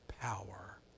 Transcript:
power